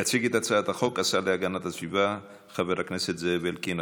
יציג את הצעת החוק השר להגנת הסביבה חבר הכנסת זאב אלקין,